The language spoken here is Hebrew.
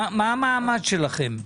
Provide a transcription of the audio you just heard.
מה המעמד שלכם?